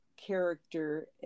character